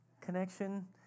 connection